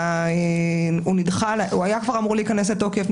הוא אמור היה כבר להיכנס לתוקף,